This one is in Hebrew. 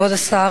כבוד השר,